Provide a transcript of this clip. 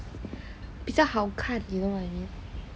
比较好看 you know what I mean